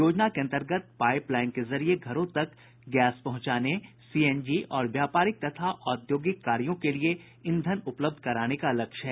योजना के अंतर्गत पाईप लाईन के जरिए घरों तक गैस पहुंचाने सीएनजी और व्यापारिक तथा औद्योगिक कार्यो के लिए ईंधन उपलब्ध कराने का लक्ष्य है